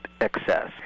excess